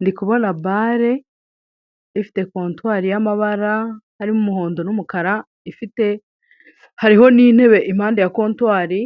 Ndi kubona bare, ifite kotwari y'amabara arimo umuhondo n'umukara, hariho n'intebe impande ya kotwari,